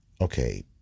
Okay